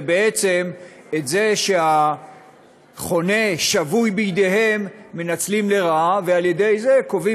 ובעצם את זה שהחונה שבוי בידיהם מנצלים לרעה על-ידי זה שקובעים